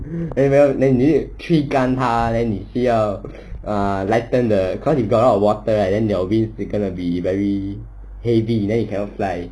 那个 then 你去吹干他 then 你是要 oh uh lightened the cause it got a lot of water right then your wings will gonna be very heavy then you cannot fly